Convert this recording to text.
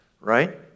right